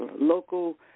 local